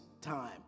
time